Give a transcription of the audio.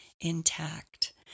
intact